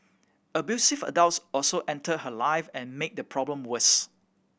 abusive adults also entered her life and made the problem worse